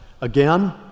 Again